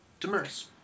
Demers